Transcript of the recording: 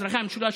אזרחי המשולש,